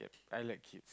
I like it